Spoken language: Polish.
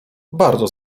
bardzo